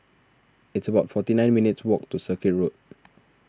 it's about forty nine minutes' walk to Circuit Road